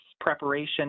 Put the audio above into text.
preparation